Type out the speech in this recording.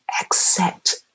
accept